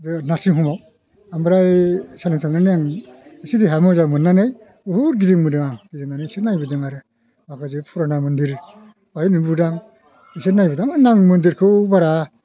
बे नारसिं हम आव ओमफ्राय साननै थानानै आं एसे देहाया मोजां मोननानै बुहुद गिदिंबोदों आं गिदिंनानै एसे नायबोदों आरो माखासे पुराना मन्दिर बेहाय नुबोदां बिसोर नायबोदां माने आं मन्दिरखौ बारा